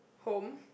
home